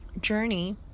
journey